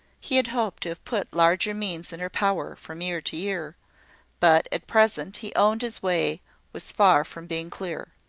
he had hoped to have put larger means in her power, from year to year but at present he owned his way was far from being clear.